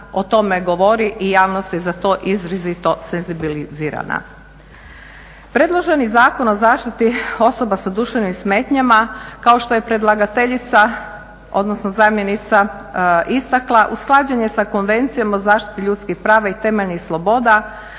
o tome govori i javnost je za to izrazito senzibilizirana. Predloženi Zakon o zaštiti osoba sa duševnim smetnjama kao što je predlagateljica, odnosno zamjenica istakla usklađen je sa Konvencijom o zaštiti ljudskih prava i temeljnih sloboda